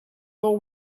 all